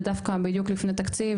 זה דווקא בדיוק לפני תקציב,